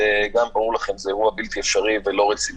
ברור לכם שזה אירוע בלתי אפשרי ולא רציני,